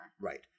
right